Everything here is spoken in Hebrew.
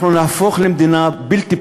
נהפוך למדינה בלתי פתוחה,